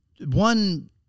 one